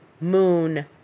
moon